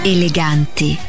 Eleganti